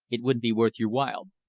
it wouldn't be worth your while.